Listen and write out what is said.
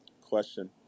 Question